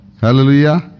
Hallelujah